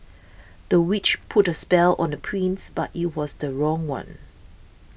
the witch put a spell on the prince but it was the wrong one